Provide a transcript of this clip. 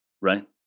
Right